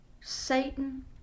Satan